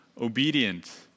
obedient